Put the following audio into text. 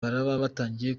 batangiye